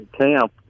camp